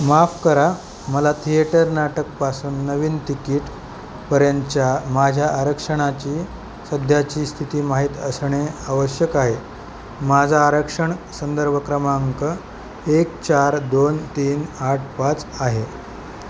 माफ करा मला थिएटर नाटकपासून नवीन तिकीटपर्यंतच्या माझ्या आरक्षणाची सध्याची स्थिती माहीत असणे आवश्यक आहे माझा आरक्षण संदर्भ क्रमांक एक चार दोन तीन आठ पाच आहे